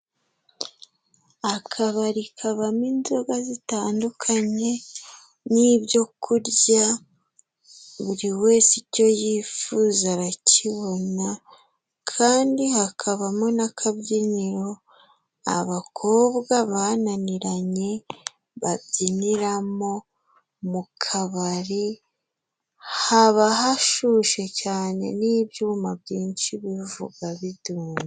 Akabari kabamo inzoga zitandukanye n'ibyo kurya buri wese icyo yifuza arakibona kandi hakabamo n'akabyiniro abakobwa bananiranye babyiniramo. Mu kabari haba hashushe cyane n'ibyuma byinshi bivuga bidunda.